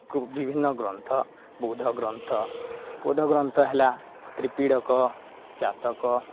ବିଭିନ୍ନ ଗ୍ରନ୍ଥ ବୌଦ୍ଧଗ୍ରନ୍ଥ ବୌଦ୍ଧଗ୍ରନ୍ଥ ହେଲା ତ୍ରିପିଟକ ଜାତକ